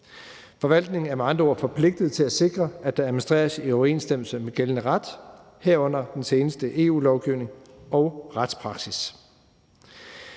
Forvaltningen er med andre ord forpligtet til at sikre, at der administreres i overensstemmelse med gældende ret, herunder den seneste EU-lovgivning og retspraksis.